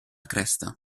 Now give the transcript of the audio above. cresta